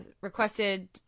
requested